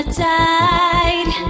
tide